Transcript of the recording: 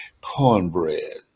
cornbread